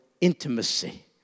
intimacy